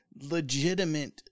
legitimate